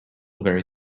very